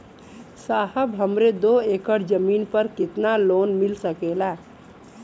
साहब हमरे दो एकड़ जमीन पर कितनालोन मिल सकेला?